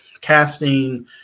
Casting